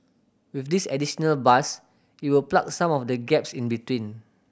with this additional bus it will plug some of the gaps in between